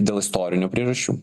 dėl istorinių priežasčių